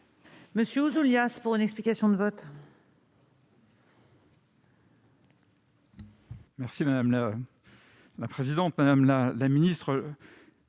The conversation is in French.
M. Pierre Ouzoulias, pour explication de vote.